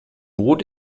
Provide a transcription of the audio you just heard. boot